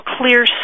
clear